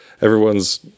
everyone's